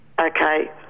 Okay